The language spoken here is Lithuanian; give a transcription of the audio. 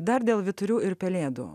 dar dėl vyturių ir pelėdų